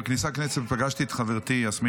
בכניסה לכנסת פגשתי את חברתי יסמין